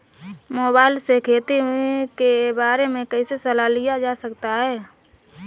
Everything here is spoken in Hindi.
मोबाइल से खेती के बारे कैसे सलाह लिया जा सकता है?